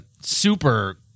super